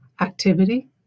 activity